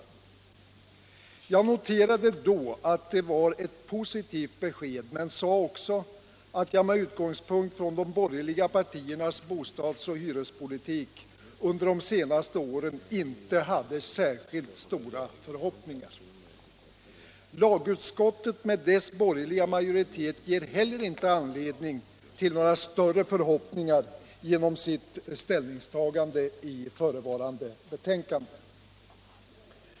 Jag noterade då att det var ett positivt besked men sade också att jag med utgångspunkt i de borgerliga partiernas bostadsoch hyrespolitik under de senaste åren inte hade särskilt stora förhoppningar. Lagutskottet med dess borgerliga majoritet ger heller inte anledning till några större förhoppningar genom ställningstagandet i förevarande betänkande.